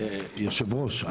יושבת הראש,